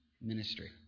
ministry